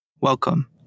Welcome